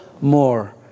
more